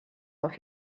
off